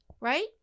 right